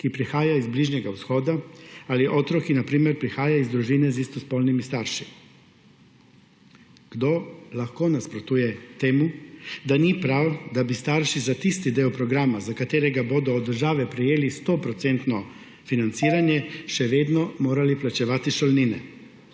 ki prihaja iz Bližnjega vzhoda, ali otrok, ki na primer prihaja iz družine z istospolnimi starši? Kdo lahko nasprotuje temu, da ni prav, da bi starši za tisti del programa, za katerega bodo od države prejeli 100 % financiranje, še vedno morali plačevati šolnine?